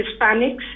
Hispanics